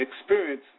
experience